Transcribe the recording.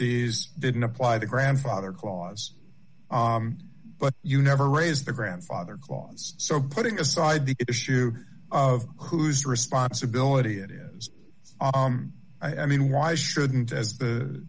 ees didn't apply the grandfather clause but you never raised the grandfather clause so putting aside the issue of whose responsibility it is i mean why shouldn't